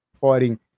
fighting